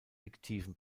fiktiven